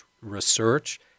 Research